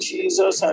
Jesus